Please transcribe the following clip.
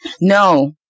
No